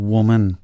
Woman